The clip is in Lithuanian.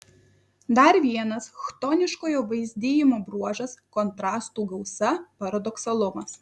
dar vienas chtoniškojo vaizdijimo bruožas kontrastų gausa paradoksalumas